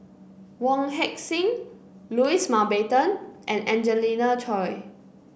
Wong Heck Sing Louis Mountbatten and Angelina Choy